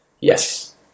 Yes